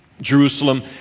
Jerusalem